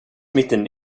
mitten